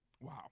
Wow